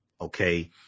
okay